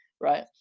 right